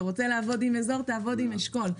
אתה רוצה לעבוד עם אזור תעבוד עם אשכול,